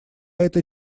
это